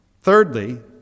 Thirdly